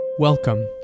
Welcome